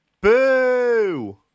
Boo